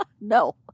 No